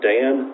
Dan